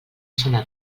zona